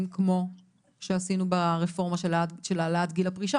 כמו שעשינו ברפורמה של העלאת גיל הפרישה?